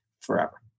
forever